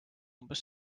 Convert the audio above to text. umbes